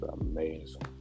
amazing